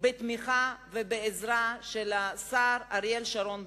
בתמיכה ובעזרה של השר אריאל שרון בזמנו,